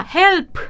help